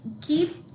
keep